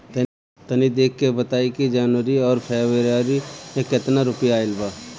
तनी देख के बताई कि जौनरी आउर फेबुयारी में कातना रुपिया आएल बा?